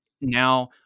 now